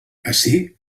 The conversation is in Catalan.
ací